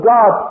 God